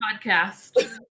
podcast